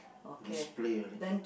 display only